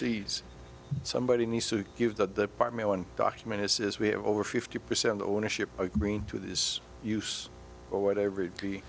seeds somebody needs to give the apartment one document this is we have over fifty percent ownership agreeing to this use or whatever it be